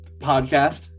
podcast